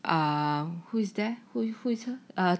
um who is there who who is her